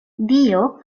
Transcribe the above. dio